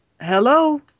Hello